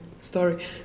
story